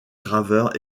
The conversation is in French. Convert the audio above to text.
graveur